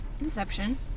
Inception